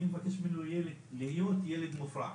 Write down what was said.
אני מבקש ממנו להיות ילד מופרע,